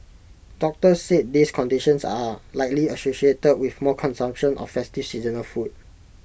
doctors said these conditions are likely associated with more consumption of festive seasonal food